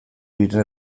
diren